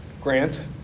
grant